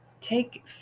take